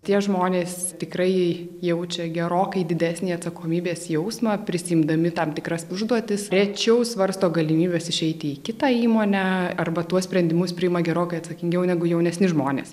tie žmonės tikrai jaučia gerokai didesnį atsakomybės jausmą prisiimdami tam tikras užduotis rečiau svarsto galimybes išeiti į kitą įmonę arba tuos sprendimus priima gerokai atsakingiau negu jaunesni žmonės